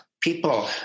people